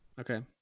okay